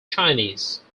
chinese